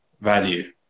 value